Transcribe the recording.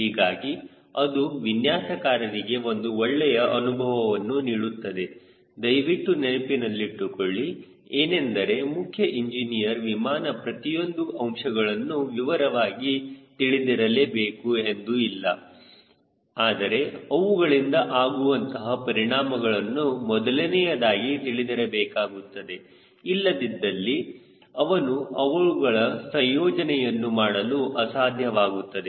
ಹೀಗಾಗಿ ಅದು ವಿನ್ಯಾಸಕಾರರಿಗೆ ಒಂದು ಒಳ್ಳೆಯ ಅನುಭವವನ್ನು ನೀಡುತ್ತದೆ ದಯವಿಟ್ಟು ನೆನಪಿಟ್ಟುಕೊಳ್ಳಿ ಏನೆಂದರೆ ಮುಖ್ಯ ಇಂಜಿನಿಯರ್ ವಿಮಾನ ಪ್ರತಿಯೊಂದು ಅಂಶಗಳನ್ನು ವಿವರವಾಗಿ ತಿಳಿದಿರಲೇಬೇಕು ಎಂದು ಇಲ್ಲ ಆದರೆ ಅವುಗಳಿಂದ ಆಗುವಂತಹ ಪರಿಣಾಮಗಳನ್ನು ಮೊದಲನೆಯದಾಗಿ ತಿಳಿದಿರಬೇಕಾಗುತ್ತದೆ ಇಲ್ಲದಿದ್ದಲ್ಲಿ ಅವನು ಅವುಗಳ ಸಂಯೋಜನೆಯನ್ನು ಮಾಡಲು ಅಸಾಧ್ಯವಾಗುತ್ತದೆ